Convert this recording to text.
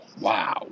Wow